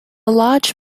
large